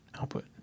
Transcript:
output